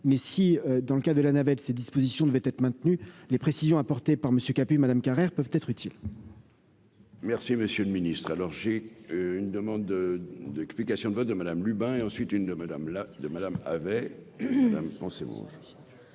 mais si, dans le cas de la navette ces dispositions devaient être maintenus les précisions apportées par Monsieur Capet Madame Carrère peuvent être utiles. Merci monsieur le ministre, alors j'ai une demande d'explication de vote de Madame Lubin et ensuite une de Madame là de Madame